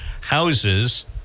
houses